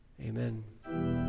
Amen